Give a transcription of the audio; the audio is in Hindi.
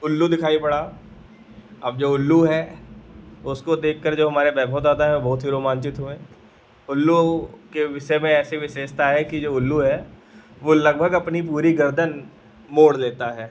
उल्लू दिखाई पड़ा अब जो उल्लू है उसको देखकर जो हमारे वैभव दादा हैं वह बहुत ही रोमान्चित हुए उल्लू के विषय में ऐसी विशेषता है कि जो उल्लू है वह लगभग अपनी पूरी गर्दन मोड़ लेता है